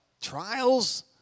trials